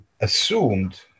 assumed